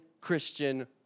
Christian